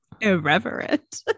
irreverent